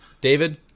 David